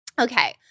Okay